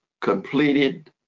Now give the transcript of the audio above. completed